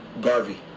Garvey